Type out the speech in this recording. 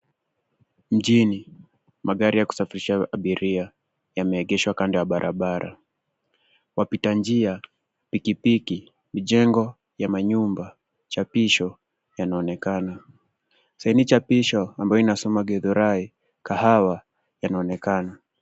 Mjini magari ya kusafirsha abiria yameegeshwa kando ya barabara. Wapita njia, pikipiki, mijengo ya manyumba, chapisho yanaonekana. Saini chapisho ambayo inasoma Githurai, Kahawa yanaonekana.